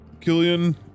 Killian